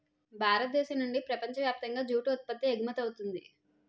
భారతదేశం నుండి ప్రపంచ వ్యాప్తంగా జూటు ఉత్పత్తి ఎగుమవుతుంది